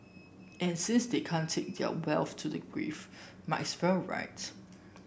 and since they can't take their wealth to the grave might as well right